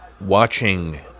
watching